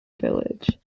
village